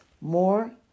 more